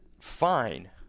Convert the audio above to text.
fine